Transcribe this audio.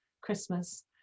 Christmas